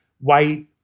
white